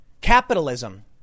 Capitalism